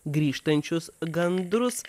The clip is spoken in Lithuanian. grįžtančius gandrus